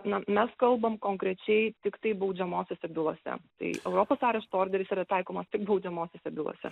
na mes kalbam konkrečiai tiktai baudžiamosiose bylose tai europos arešto orderis yra taikomas tik baudžiamosiose bylose